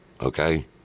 Okay